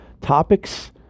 topics